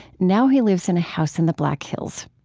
now he lives in a house in the black hills.